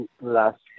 last